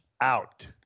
out